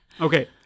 Okay